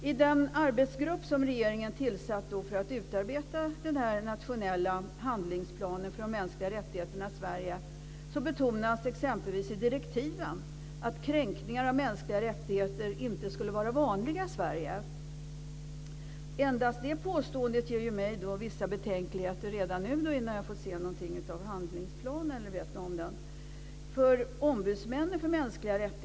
I den arbetsgrupp som regeringen tillsatt för att utarbeta en nationell handlingsplan för de mänskliga rättigheterna i Sverige betonas i direktiven exempelvis att kränkningar av mänskliga rättigheter inte skulle vara vanliga i Sverige. Enbart det påståendet ger mig vissa betänkligheter redan nu, innan jag har sett något av handlingsplanen.